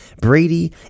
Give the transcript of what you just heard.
Brady